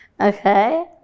Okay